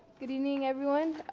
good evening everyone.